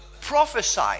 Prophesy